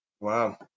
Wow